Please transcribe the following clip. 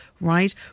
right